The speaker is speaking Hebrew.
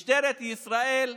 משטרת ישראל,